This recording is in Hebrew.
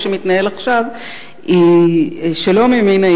אני מעט מצטערת על כך שאתה מצטרף לקמפיין מחושב ומתוכנן של